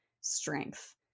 strength